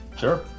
Sure